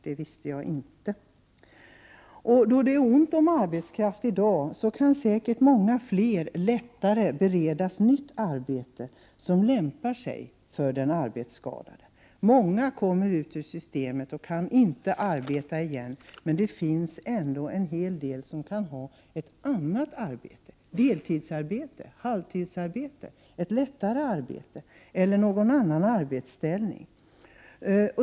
Då det i dag är ont om arbetskraft kan säkert många fler lättare beredas nytt arbete som lämpar sig för arbetsskadade. Många kommer ut ur systemet och kan inte arbeta igen, men det finns ändå en hel del som kan ha ett annat arbete, t.ex. deltidsarbete, halvtidsarbete, ett lättare arbete eller en annan arbetsställning.